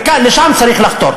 לשם צריך לחתור.